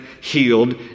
healed